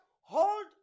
hold